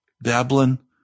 Babylon